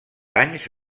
anys